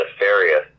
nefarious